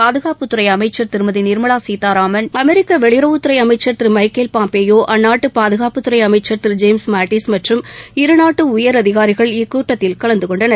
பாதுகாப்புத்துறை அமைச்சர் திருமதி நிர்மலா சீதாராமன் அமெரிக்க வெளியுறவுத்துறை அமைச்சா் திரு மைக்கேல் பாம்பேயோ அந்நாட்டு பாதுகாப்புத்துறை அமைச்சர் திரு ஜேம்ஸ் மாடிஸ் மற்றும் இருநாட்டு உயரதிகாரிகள் இக்கூட்டத்தில் கலந்து கொண்டனர்